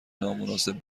نامناسب